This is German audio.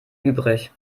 übrig